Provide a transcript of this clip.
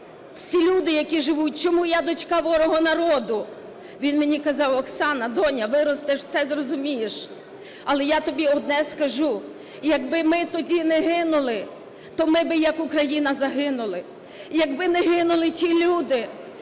всі люди, які живуть, чому я – дочка ворога народу?". Він мені казав: " Оксано, доня, виростеш – все зрозумієш. Але я тобі одне скажу, якби ми тоді не гинули, то ми би як Україна загинули". Якби не гинули ті люди,